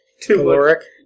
Caloric